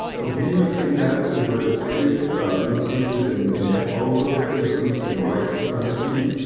we have seen that over this period increases and in all of those areas increased in white supremacy,